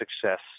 success